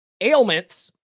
ailments